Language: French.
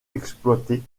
exploitée